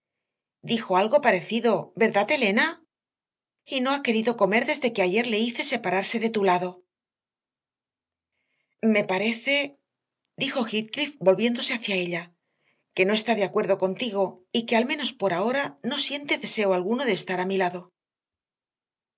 dijo algo parecido verdad elena y no ha querido comer desde que ayer le hice separarse de tu lado me parece dijo heathcliff volviéndose hacia ella que no está de acuerdo contigo y que al menos por ahora no siente deseo alguno de estar a mi lado